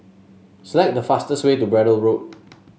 select the fastest way to Braddell Road